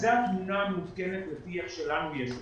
זאת התמונה המעודכנת לפי איך שלנו יש אותה.